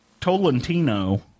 Tolentino